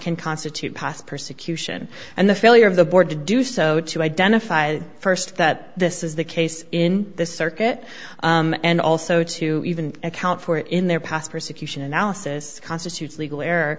can constitute past persecution and the failure of the board to do so to identify first that this is the case in this circuit and also to even account for it in their past persecution analysis constitutes legal